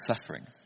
suffering